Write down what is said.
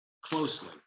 closely